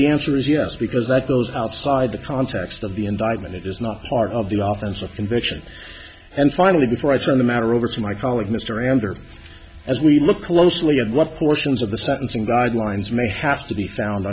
the answer is yes because that goes outside the context of the indictment it is not part of the office of conviction and finally before i turn the matter over to my colleague mr anger as we look closely at what portions of the sentencing guidelines may have to be found